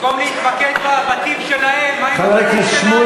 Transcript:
במקום להתמקד בבתים שלהם, מה עם הבתים שלנו?